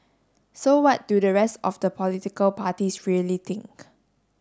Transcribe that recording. so what do the rest of the political parties really think